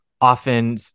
often